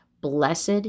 blessed